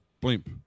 blimp